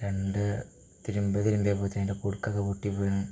രണ്ടു തിരുമ്പ് തിരുമ്പിയപ്പത്തേതതിൻ്റെ കുടുക്കൊക്കെ പൊട്ടിപ്പോയേന്